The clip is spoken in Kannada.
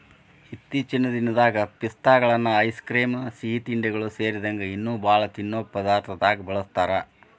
ಇತ್ತೇಚಿನ ದಿನದಾಗ ಪಿಸ್ತಾಗಳನ್ನ ಐಸ್ ಕ್ರೇಮ್, ಸಿಹಿತಿಂಡಿಗಳು ಸೇರಿದಂಗ ಇನ್ನೂ ಬಾಳ ತಿನ್ನೋ ಪದಾರ್ಥದಾಗ ಬಳಸ್ತಾರ